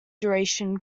duration